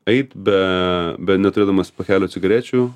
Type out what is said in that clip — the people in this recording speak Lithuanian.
eiti be be neturėdamas pakelio cigarečių